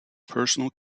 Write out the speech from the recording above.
personal